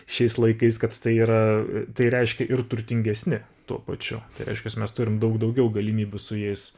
šiais laikais kad tai yra tai reiškia ir turtingesni tuo pačiu reiškias mes turim daug daugiau galimybių su jais